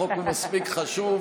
החוק הוא מספיק חשוב,